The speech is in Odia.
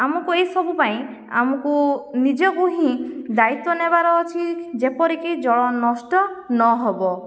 ଆମକୁ ଏହିସବୁ ପାଇଁ ଆମକୁ ନିଜକୁ ହିଁ ଦାୟିତ୍ଵ ନେବାର ଅଛି ଯେପରିକି ଜଳ ନଷ୍ଟ ନହେବ